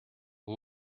who